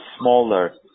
smaller